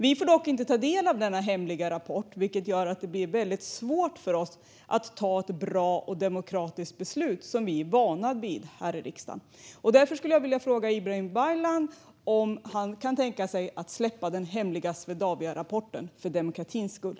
Vi får dock inte ta del av denna hemliga rapport, vilket gör det svårt för oss att fatta ett bra och demokratiskt beslut, som vi är vana vid i riksdagen. Därför skulle jag vilja fråga Ibrahim Baylan om han kan tänka sig att släppa den hemliga Swedaviarapporten - för demokratins skull.